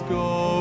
go